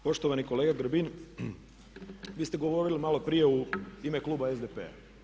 Poštovani kolega Grbin, vi ste govorili maloprije u ime kluba SDP-a.